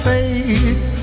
Faith